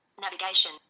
Navigation